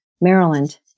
Maryland